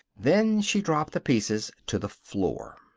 then she dropped the pieces to the floor.